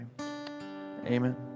Amen